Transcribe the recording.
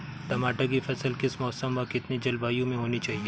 टमाटर की फसल किस मौसम व कितनी जलवायु में होनी चाहिए?